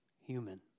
human